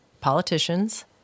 politicians